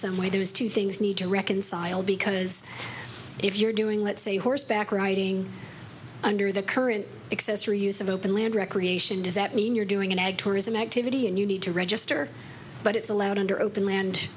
some way those two things need to reconcile because if you're doing let's say horseback riding under the current access or use of open land recreation does that mean you're doing an egg tourism activity and you need to register but it's allowed under open land